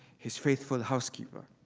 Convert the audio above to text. his faithful housekeeper.